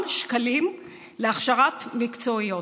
אם אתה משמיט את הבסיס המוסרי,